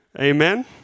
Amen